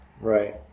Right